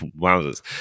Wowzers